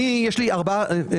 יש לי שלושה